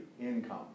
income